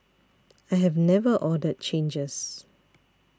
I have never ordered changes